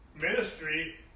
Ministry